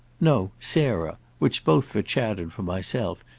no, sarah which, both for chad and for myself,